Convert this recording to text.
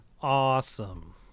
awesome